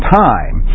time